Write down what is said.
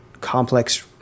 complex